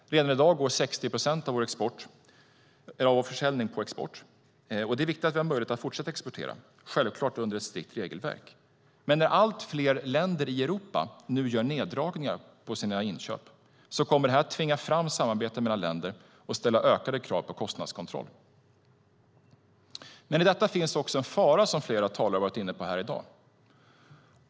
Redan i dag går 60 procent av försäljningen på export. Det är viktigt att vi har möjlighet att fortsätta exportera, självklart under ett strikt regelverk. Men när allt fler länder i Europa nu gör neddragningar av sina inköp kommer det att tvinga fram samarbete mellan länder och ställa ökade krav på kostnadskontroll. Men i detta finns också en fara, som flera talare har varit inne på i dag.